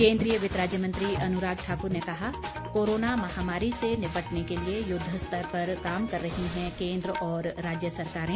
केन्द्रीय वित्त राज्य मंत्री अनुराग ठाकुर ने कहा कोरोना महामारी से निपटने के लिए युद्ध स्तर पर काम कर रही है केन्द्र और राज्य सरकारें